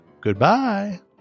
goodbye